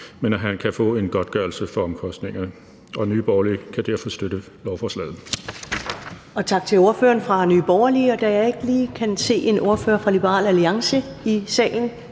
men at han kan få en godtgørelse for omkostningerne. Nye Borgerlige kan derfor støtte lovforslaget.